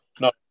No